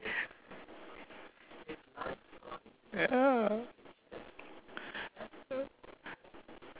ya